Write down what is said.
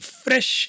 fresh